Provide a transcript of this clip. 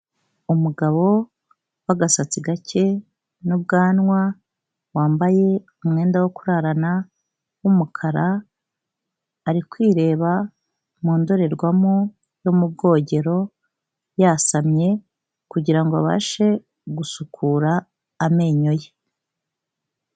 Umugabo w'agasatsi gake n'ubwanwa wambaye umwenda wo kurarana w'umukara, ari kwireba mu ndorerwamo yo mu bwogero yasamye kugira ngo abashe gusukura amenyo ye.